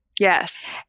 Yes